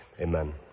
Amen